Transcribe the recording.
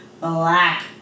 Black